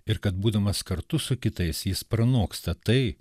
ir kad būdamas kartu su kitais jis pranoksta tai